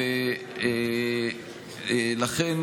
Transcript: ולכן,